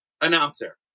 announcer